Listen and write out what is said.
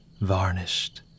varnished